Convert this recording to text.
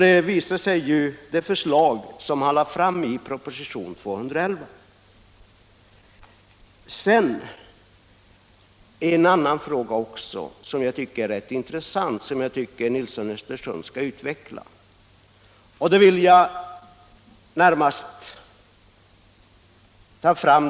Det visade sig i det förslag som han lade fram i proposition 211. Jag har en fråga till herr Nilsson i Östersund.